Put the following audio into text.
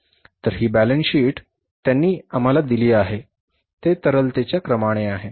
तर ही बॅलेन्सशीट त्यांनी आम्हाला दिली आहे ते तरलतेच्या क्रमाने आहे